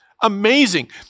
amazing